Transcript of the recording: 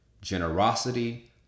generosity